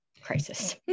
crisis